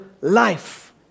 life